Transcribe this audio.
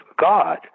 God